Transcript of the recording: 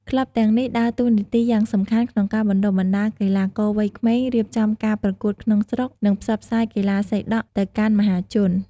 ក្លឹបទាំងនេះដើរតួនាទីយ៉ាងសំខាន់ក្នុងការបណ្ដុះបណ្ដាលកីឡាករវ័យក្មេង រៀបចំការប្រកួតក្នុងស្រុក និងផ្សព្វផ្សាយកីឡាសីដក់ទៅកាន់មហាជន។